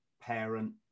parent